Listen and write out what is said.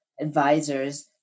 advisors